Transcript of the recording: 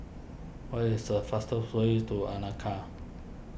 what is the fastest way to